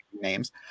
names